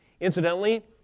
Incidentally